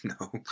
No